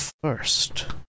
first